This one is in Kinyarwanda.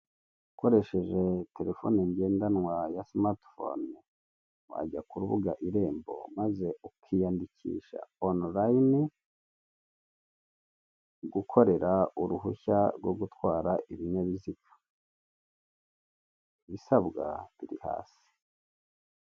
Ukoresheje telefone ngendanwa ya sumati fone, wajya ku rubuga irembo maze ukiyandikisha onirayini, gukorera uruhushya rwo gutwara ibinyabiziga. Ibisabwa biri hasi.